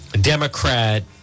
Democrat